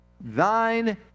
thine